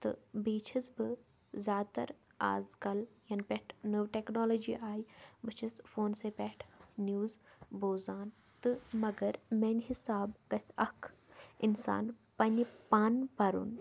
تہٕ بیٚیہِ چھَس بہٕ زیادٕ تَر آز کَل یَنہٕ پٮ۪ٹھ نٔو ٹیٚکنالجی آیہِ بہٕ چھَس فوٗنسٕے پٮ۪ٹھ نِوٕز بوزان تہٕ مگر میانہِ حِساب گَژھہِ اَکھ اِنسان پننہِ پانہٕ پَرُن